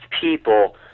people